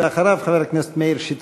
ואחריו, חבר הכנסת מאיר שטרית.